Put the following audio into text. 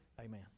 Amen